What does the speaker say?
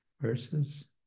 verses